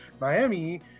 Miami